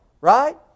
right